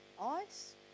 ice